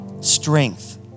strength